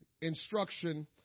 instruction